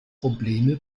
probleme